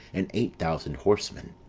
and eight thousand horsemen